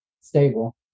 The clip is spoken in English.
stable